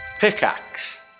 Pickaxe